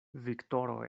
viktoro